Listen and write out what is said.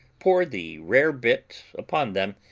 pour the rarebit upon them,